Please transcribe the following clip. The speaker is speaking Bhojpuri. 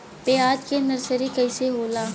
प्याज के नर्सरी कइसे होला?